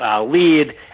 lead